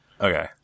Okay